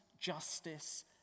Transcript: justice